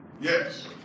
Yes